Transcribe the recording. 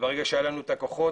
ברגע שהיו לנו כוחות,